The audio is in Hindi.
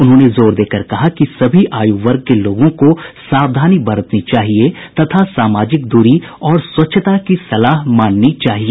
उन्होंने जोर देकर कहा कि सभी आयु वर्ग के लोगों को सावधानी बरतनी चाहिए तथा सामाजिक दूरी और स्वच्छता की सलाह माननी चाहिए